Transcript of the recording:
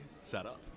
setup